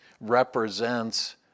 represents